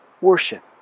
worship